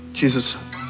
Jesus